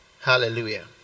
hallelujah